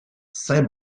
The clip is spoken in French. saint